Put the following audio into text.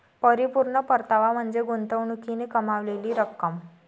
परिपूर्ण परतावा म्हणजे गुंतवणुकीने कमावलेली रक्कम